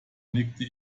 nickte